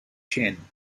chen